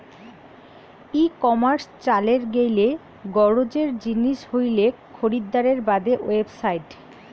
ই commerce চালের গেইলে গরোজের জিনিস হইলেক খরিদ্দারের বাদে ওয়েবসাইট